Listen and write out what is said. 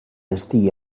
estigui